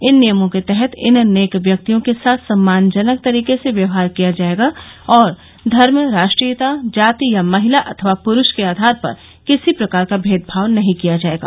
इन नियमों के तहत इन नेक व्यक्तियों के साथ सम्मानजनक तरीके से व्यवहार किया जायेगा और धर्म राष्ट्रीयता जाति या महिला तथा पुरूष के आधार पर किसी प्रकार का भेदभाव नहीं किया जायेगा